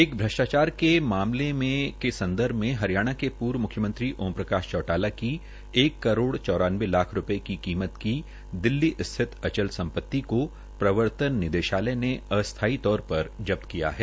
एक श्रष्टाचार के केस के संदर्भ में हरियाणा के पूर्व मुख्यमंत्री ओम प्रकाश चौटाला की एक करोड़ चौरानवे लाख रूपये की कीमत की दिल्ली स्थित अचल सम्पति को प्रर्वतन निर्देशालय ने अस्थायी तौर जब्त किया है